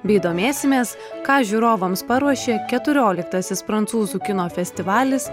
bei domėsimės ką žiūrovams paruošė keturioliktasis prancūzų kino festivalis